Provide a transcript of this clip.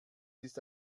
ist